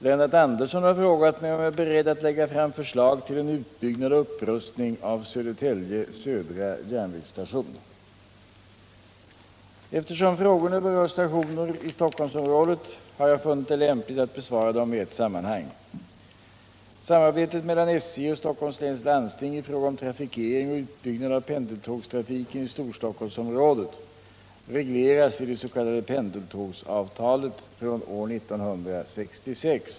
Lennart Andersson har frågat mig om jag är beredd att lägga fram förslag till en utbyggnad och upprustning av Södertälje Södra järnvägsstation. Eftersom frågorna berör stationer i Stockholmsområdet har jag funnit det lämpligt att besvara dem i ett sammanhang. Samarbetet mellan SJ och Stockholms läns landsting i fråga om trafikering och utbyggnad av pendeltågstrafiken i Storstockholmsområdet regleras i det s.k. pendeltågsavtalet från år 1966.